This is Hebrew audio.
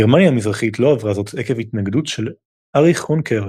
גרמניה המזרחית לא עברה זאת עקב התנגדות של אריך הונקר,